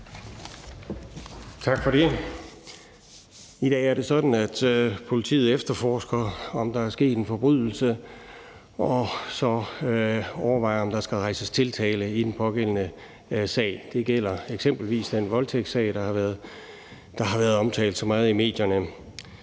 Tak for det. I dag er det sådan, at politiet efterforsker, om der er sket en forbrydelse, og så overvejer, om der skal rejses tiltale i den pågældende sag. Det gælder eksempelvis den voldtægtssag, der har været omtalt så meget i medierne.